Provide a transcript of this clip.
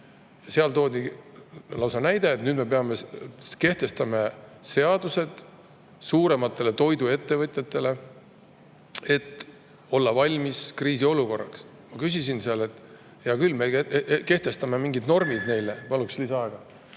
Seal toodi lausa näide, et nüüd me peame kehtestama seaduse, et suuremad toiduettevõtjad oleks valmis kriisiolukorraks. Ma küsisin seal, et hea küll, me kehtestame mingid normid neile ... Palun lisaaega.